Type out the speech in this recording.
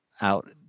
out